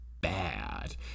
bad